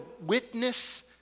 witness